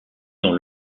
dans